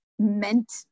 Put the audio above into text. meant